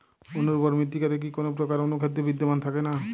অনুর্বর মৃত্তিকাতে কি কোনো প্রকার অনুখাদ্য বিদ্যমান থাকে না?